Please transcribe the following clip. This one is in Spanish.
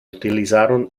utilizaron